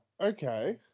okay